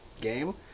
game